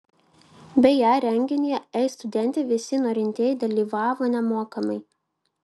beje renginyje ei studente visi norintieji dalyvavo nemokamai